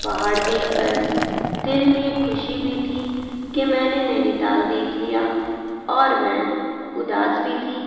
پہاڑ دیکھ کر دل میں خوشی بھی تھی کہ میں نے نینی تال دیکھ لیا اور میں اداس بھی تھی